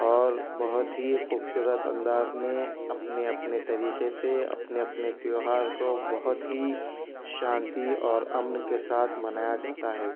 اور بہت ہی خوبصورت انداز میں اپنے اپنے طریقے سے اپنے اپنے تہوار کو بہت ہی شانتی اور امن کے ساتھ منایا جاتا ہے